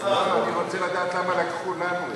בסך הכול אני רוצה לדעת כמה לקחו לנו.